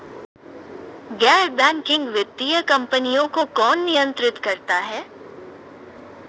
गैर बैंकिंग वित्तीय कंपनियों को कौन नियंत्रित करता है?